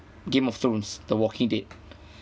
game of thrones the walking dead